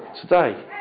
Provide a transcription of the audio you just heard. today